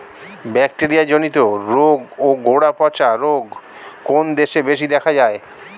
Bacteria জনিত রোগ ও গোড়া পচা রোগ কোন দেশে বেশি দেখা যায়?